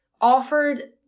offered